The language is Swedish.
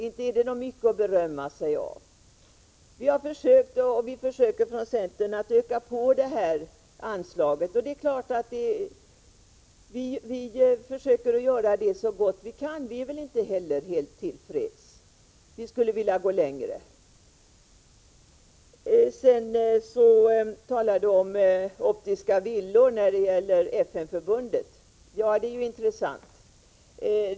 Inte är det mycket att berömma sig av. Vi i centerpartiet försöker att öka på det här anslaget så gott vi kan. Vi är inte heller helt till freds. Vi skulle vilja gå längre. Sedan talade Bengt Silfverstrand om optiska villor när det gäller FN förbundet. Det är intressant.